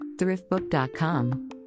thriftbook.com